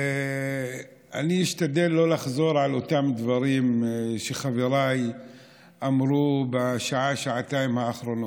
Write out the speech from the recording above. אני אשתדל לא לחזור על אותם דברים שחבריי אמרו בשעה-שעתיים האחרונות.